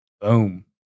Boom